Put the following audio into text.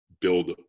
build